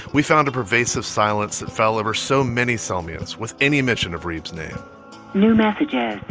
we found a pervasive silence that fell over so many selmians with any mention of reeb's name new messages.